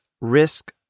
risk